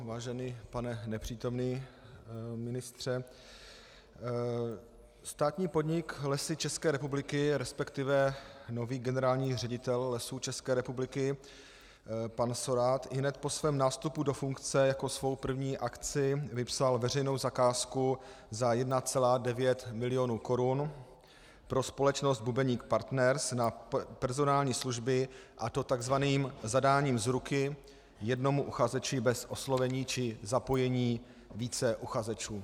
Vážený pane nepřítomný ministře, státní podnik Lesy České republiky, resp. nový generální ředitel Lesů České republiky pan Szórád ihned po svém nástupu do funkce jako svou první akci vypsal veřejnou zakázku za 1,9 milionu korun pro společnost Bubeník Partners na personální služby, a to tzv. zadáním z ruky jednomu uchazeči bez oslovení či zapojení více uchazečů.